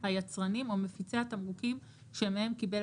היצרנים או מפיצי התמרוקים שמהם קיבל